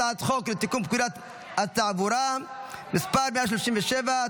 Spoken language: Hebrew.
הצעת חוק לתיקון פקודת התעבורה (מס' 137),